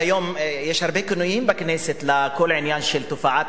היום יש הרבה כינויים בכנסת לכל העניין של תופעת